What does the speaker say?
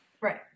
right